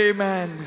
Amen